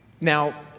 Now